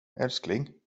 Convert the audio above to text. älskling